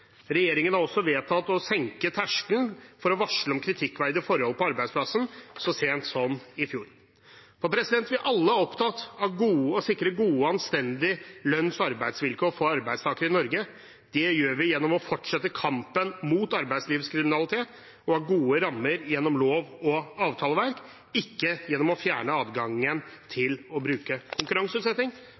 Regjeringen har også vedtatt å senke terskelen for å varsle om kritikkverdige forhold på arbeidsplassen, så sent som i fjor. Vi er alle opptatt av å sikre gode og anstendige lønns- og arbeidsvilkår for arbeidstakere i Norge. Det gjør vi gjennom å fortsette kampen mot arbeidslivskriminalitet og ha gode rammer gjennom lov- og avtaleverk, ikke gjennom å fjerne adgangen til å bruke konkurranseutsetting.